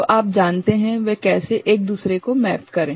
तो आप जानते हैं वे कैसे एक दूसरे को मैप करें